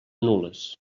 nules